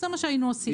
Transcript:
זה מה שהיינו עושים.